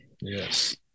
yes